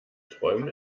träumen